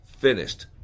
finished